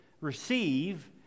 receive